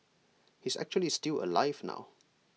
he's actually still alive now